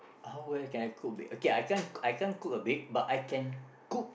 how well can I cook or bake okay I can't cook or bake but I can cook